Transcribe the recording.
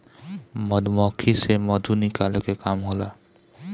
मधुमक्खी से मधु निकाले के काम होला